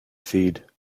feed